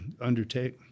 undertake